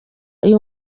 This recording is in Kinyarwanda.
uyu